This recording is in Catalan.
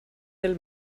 del